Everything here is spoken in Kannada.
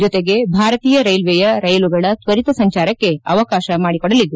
ಜೊತೆಗೆ ಭಾರತೀಯ ರೈಲ್ವೆಯ ರೈಲುಗಳ ಶ್ವರಿತ ಸಂಚಾರಕ್ಕೆ ಅವಕಾಶ ಮಾಡಿಕೊಡಲಿದೆ